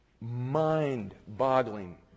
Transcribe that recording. mind-boggling